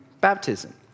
baptism